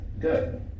good